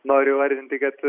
noriu įvardinti kad